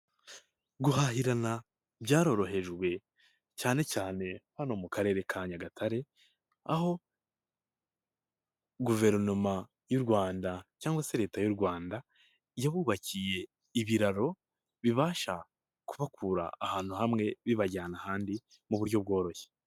Guhahirana byarorohejwe cyane cyane hano mu karere ka nyagatare; aho guverinoma y'u rwanda cyangwa se leta y'u rwanda yabubakiye ibiraro bibasha kubahakura ahantu hamwe bibajyana ahandi mu buryo bworoshye.